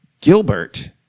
Gilbert